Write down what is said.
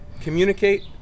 Communicate